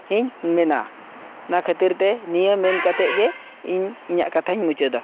ᱤᱧᱢᱮᱱᱟ ᱚᱱᱟ ᱠᱷᱟᱹᱛᱤᱨᱛᱮ ᱱᱤᱭᱟᱹ ᱢᱮᱱᱠᱟᱛᱮ ᱜᱮ ᱤᱧᱟᱹᱜ ᱠᱟᱛᱷᱟᱧ ᱢᱩᱪᱟᱹᱫᱟ